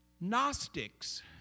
Gnostics